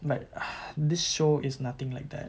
but uh this show is nothing like that